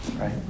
right